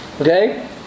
Okay